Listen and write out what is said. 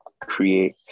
create